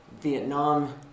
Vietnam